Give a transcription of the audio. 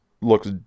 looks